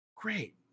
great